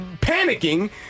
panicking